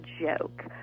joke